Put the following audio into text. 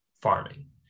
farming